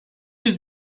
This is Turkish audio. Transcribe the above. yüz